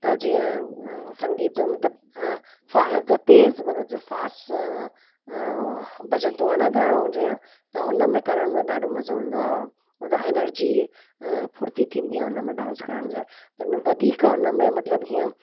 त जीअं संगीत जो मतिलबु फास्ट मतिलबु जो तेज़ फास्ट बजंदो आहे न गाणो जीअं त हुनमें करण में ॾाढो मज़ो ईंदो आहे मतिलबु एनर्जी फुर्ती थींदी आहे हुनमें डांस करण जाए त न वधीक हुनमें मतिलबु हीअं